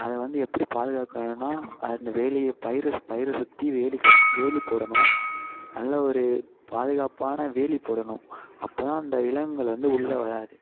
அதை வந்து எப்படி பாதுகாக்கணுன்னால் அந்த வேலியை பயிரை பயிரை சுற்றி வேலி கட் வேலி போடணும் நல்ல ஒரு பாதுகாப்பான வேலி போடணும் அப்போதான் அந்த விலங்குகள் வந்து உள்ள வராது